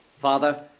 Father